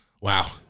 Wow